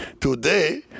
Today